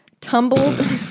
tumbled